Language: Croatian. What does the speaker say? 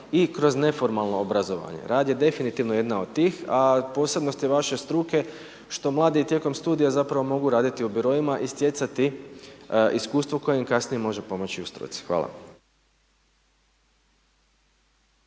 i kroz neformalno obrazovanje. Rad je definitivno jedna od tih, a posebnosti vaše struke što mladi tijekom studija zapravo mogu raditi u biroima i stjecati iskustvo koje im kasnije može pomoći u struci. Hvala.